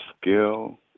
skill